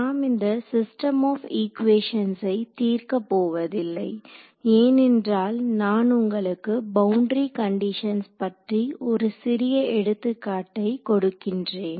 நாம் இந்த system of ஈக்குவேஷன்ஸை தீர்க்கப் போவதில்லை ஏனென்றால் நான் உங்களுக்கு பவுன்டரி கண்டிஷன்ஸ் பற்றி ஒரு சிறிய எடுத்துக்காட்டை கொடுக்கின்றேன்